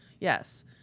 yes